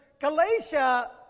Galatia